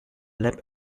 lab